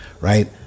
right